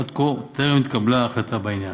עד כה טרם התקבלה החלטה בעניין.